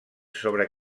sobre